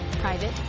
Private